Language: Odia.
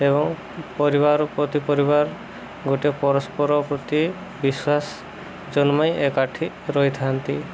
ଏବଂ ପରିବାର ପ୍ରତି ପରିବାର ଗୋଟେ ପରସ୍ପର ପ୍ରତି ବିଶ୍ୱାସ ଜନ୍ମାଇ ଏକାଠି ରହିଥାନ୍ତି